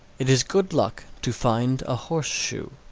it is good luck to find a horseshoe.